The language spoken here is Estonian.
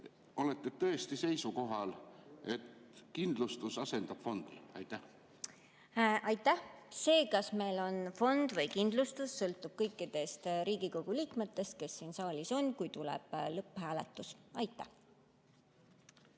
olete tõesti seisukohal, et kindlustus asendab fondi? Aitäh! See, kas meil on fond või kindlustus, sõltub kõikidest Riigikogu liikmetest, kes siin saalis on, kui tuleb lõpphääletus. Aitäh!